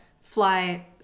fly